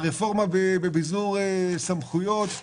הרפורמה בביזור סמכויות,